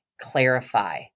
Clarify